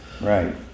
Right